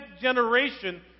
generation